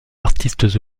artistes